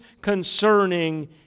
concerning